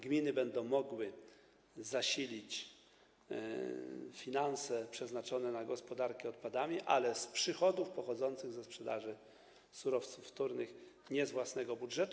Gminy będą mogły zasilić finanse przeznaczone na gospodarkę odpadami, ale z przychodów pochodzących ze sprzedaży surowców wtórnych, nie z własnego budżetu.